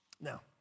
Now